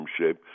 shape